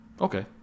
Okay